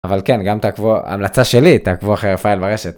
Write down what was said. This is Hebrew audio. אבל כן, גם תעקבו, המלצה שלי, תעקבו אחרי הפייל ברשת.